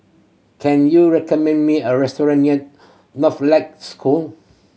can you recommend me a restaurant near Northlight School